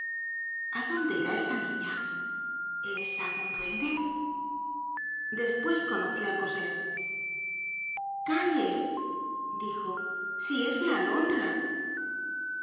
a dónde irá esa niña es algun duende despues conoció á cosette icalle dijo si es la alondra